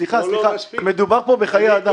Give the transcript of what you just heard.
סליחה רגע, בבקשה, סליחה, מדובר פה בחיי אדם.